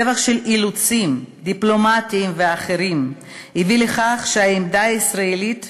סבך של אילוצים דיפלומטיים ואחרים הביא לכך שהעמדה הישראלית